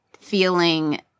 feeling